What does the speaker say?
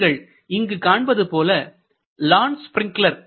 நீங்கள் இங்கு காண்பது ஒரு லான் ஸ்பிரிங்க்லர்